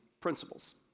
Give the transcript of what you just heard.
principles